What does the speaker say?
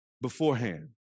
beforehand